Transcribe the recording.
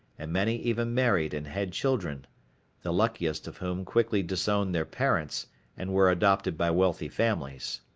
and many even married and had children the luckiest of whom quickly disowned their parents and were adopted by wealthy families.